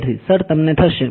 વિદ્યાર્થી સર તમને થશે